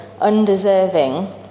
undeserving